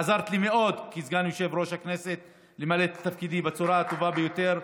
עזרת לי מאוד כסגן יושב-ראש הכנסת למלא את תפקידי בצורה הטובה ביותר.